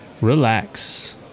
relax